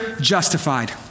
justified